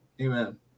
Amen